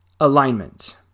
Alignment